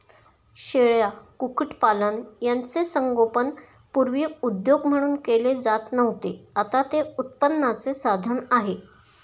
शेळ्या, कुक्कुटपालन यांचे संगोपन पूर्वी उद्योग म्हणून केले जात नव्हते, आता ते उत्पन्नाचे साधन आहे